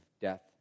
death